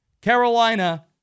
Carolina